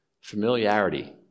Familiarity